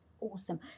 awesome